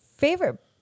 Favorite